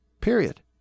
Period